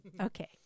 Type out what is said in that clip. Okay